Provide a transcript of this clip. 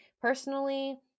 Personally